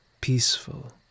peaceful